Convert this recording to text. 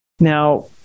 Now